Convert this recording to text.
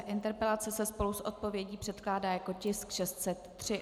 Interpelace se spolu s odpovědí předkládá jako tisk 603.